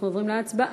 אנחנו עוברים להצבעה.